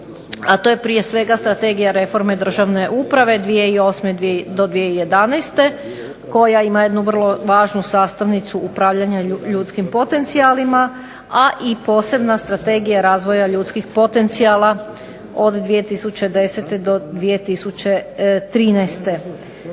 a to je prije svega strategija reforme državne uprave 2008. do 2011. koja ima jednu vrlo važnu sastavnicu upravljanja ljudskim potencijalima a i posebna strategija razvoja ljudskih potencijala od 2010. do 2013.